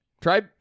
try